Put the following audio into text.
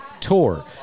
tour